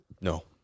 No